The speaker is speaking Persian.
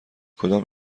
کدام